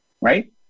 right